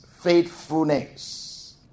Faithfulness